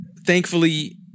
thankfully